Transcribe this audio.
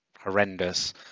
horrendous